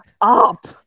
up